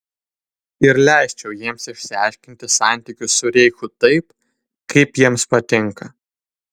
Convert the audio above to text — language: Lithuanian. ir leisčiau jiems išsiaiškinti santykius su reichu taip kaip jiems patinka